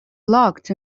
locked